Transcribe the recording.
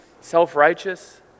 self-righteous